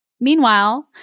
Meanwhile